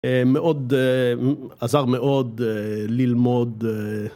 מאוד עזר מאוד ללמוד